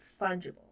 fungible